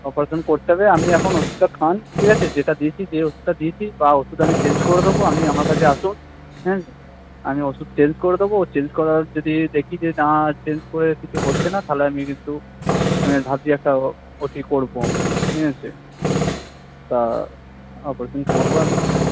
operation করতে হবে আপনি এখন ওষুধটা খান ঠিক আছে যেটা দিয়েছি যে ওষুধটা দিয়েছি বা ওষুধ আমি চেঞ্জ করে দেব আমি আমার কাছে আসুন হ্যাঁ আমি ওষুধ চেঞ্জ করে দেব চেঞ্জ করার যদি দেখি যে না চেঞ্জ করে কিছু হচ্ছে না তাহলে আমি কিন্তু ভাবছি একটা ওটি করবো ঠিক আছে তা অপারেশন করব আমি